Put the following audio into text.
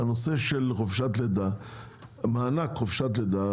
הנושא של מענק חופשת לידה,